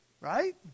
Right